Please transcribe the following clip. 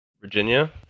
Virginia